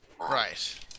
Right